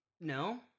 No